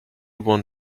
won